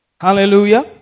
Hallelujah